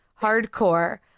Hardcore